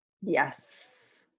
Yes